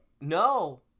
No